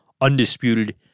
undisputed